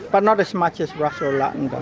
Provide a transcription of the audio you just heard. but not as much as russell lutton though.